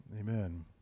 Amen